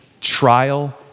trial